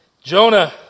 Jonah